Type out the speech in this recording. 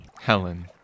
Helen